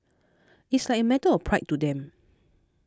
it's like a matter of pride to them